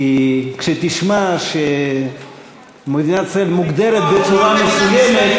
כי כשתשמע שמדינת ישראל מוגדרת בצורה מסוימת,